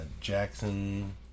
Jackson